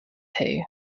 who